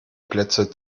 plätze